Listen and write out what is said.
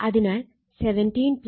അതിനാൽ 17 8